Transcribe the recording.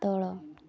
ତଳ